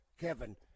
Kevin